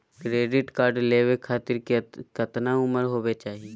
Credit card लेवे खातीर कतना उम्र होवे चाही?